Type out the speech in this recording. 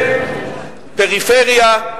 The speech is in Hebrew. ופריפריה,